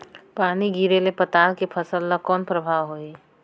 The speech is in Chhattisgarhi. पानी गिरे ले पताल के फसल ल कौन प्रभाव होही?